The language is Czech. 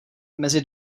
mezi